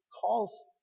calls